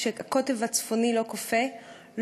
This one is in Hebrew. שהקוטב הצפוני לא קופא,